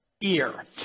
ear